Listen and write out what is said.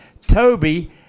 Toby